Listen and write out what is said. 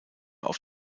auf